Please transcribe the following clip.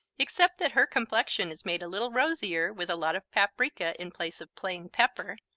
except that her complexion is made a little rosier with a lot of paprika in place of plain pepper,